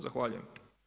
Zahvaljujem.